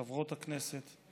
חברות הכנסת,